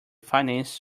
finance